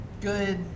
Good